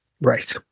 Right